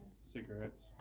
Cigarettes